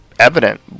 evident